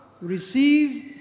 Receive